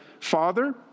Father